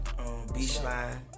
Beachline